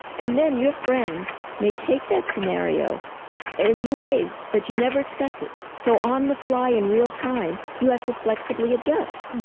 and then your friends may take that scenario in new ways that you never expected. so on the fly in real time, you have to flexibly adjust.